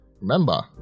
remember